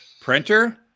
Printer